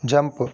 jump